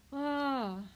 !wah!